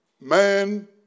man